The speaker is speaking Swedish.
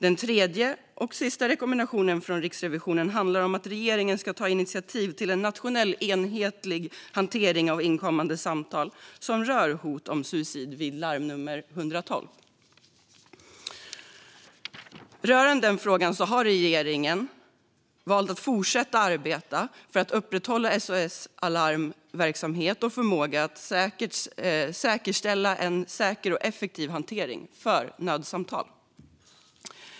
Den tredje och sista rekommendationen från Riksrevisionen handlar om att regeringen ska ta initiativ till en nationell enhetlig hantering av inkommande samtal som rör hot om suicid via larmnummer 112. Rörande den frågan har regeringen valt att fortsätta att arbeta för att upprätthålla SOS Alarms verksamhet och förmåga att säkerställa en säker och effektiv hantering av nödsamtal.